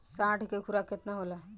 साँढ़ के खुराक केतना होला?